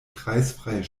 kreisfreie